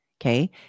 Okay